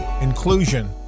inclusion